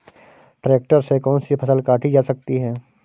Tractor से कौन सी फसल काटी जा सकती हैं?